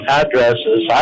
addresses